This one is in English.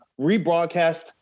rebroadcast